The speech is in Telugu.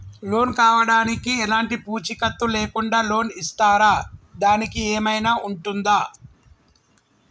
లోన్ కావడానికి ఎలాంటి పూచీకత్తు లేకుండా లోన్ ఇస్తారా దానికి ఏమైనా ఉంటుందా?